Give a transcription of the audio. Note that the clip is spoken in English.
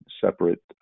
separate